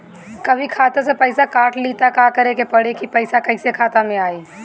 कभी खाता से पैसा काट लि त का करे के पड़ी कि पैसा कईसे खाता मे आई?